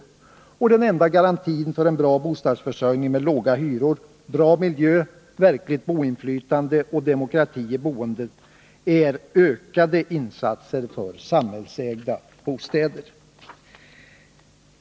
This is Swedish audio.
Enda garantin för en bra bostadsförsörjning med låga hyror, bra miljö, verkligt boinflytande och demokrati i boendet är ökade insatser för samhällsägda bostäder.